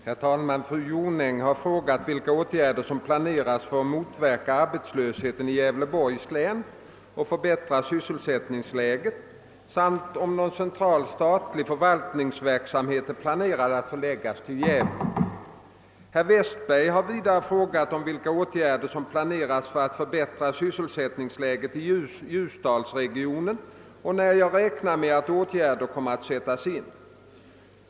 Herr talman! Fru Jonäng har frågat vilka åtgärder som planeras för att motverka arbetslösheten i Gävleborgs län och förbättra sysselsättningsläget samt om någon central statlig förvaltningsverksamhet är planerad att förläggas till Gävle. Herr Westberg har vidare frågat vilka åtgärder som planeras för att förbättra sysselsättningsläget i Ljusdalsregionen och när jag räknar med att åtgärderna kommer att sättas in.